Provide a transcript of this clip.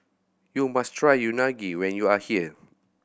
you must try Unagi when you are here